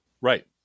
Right